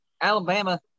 Alabama